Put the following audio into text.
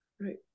Right